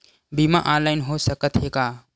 बीमा ऑनलाइन हो सकत हे का?